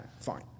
fine